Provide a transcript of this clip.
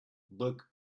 bug